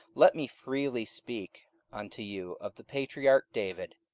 let me freely speak unto you of the patriarch david,